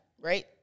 right